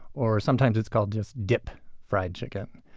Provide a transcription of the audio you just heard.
or sometimes it's called just dip fried chicken.